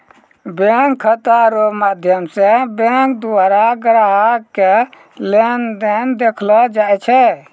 bank खाता रो माध्यम से बैंक द्वारा ग्राहक के लेन देन देखैलो जाय छै